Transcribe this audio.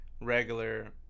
regular